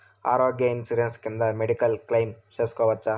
ఆరోగ్య ఇన్సూరెన్సు కింద medical claim సేసుకోవచ్చా?